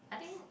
I think